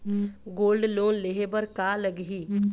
Gold loan लेहे बर का लगही?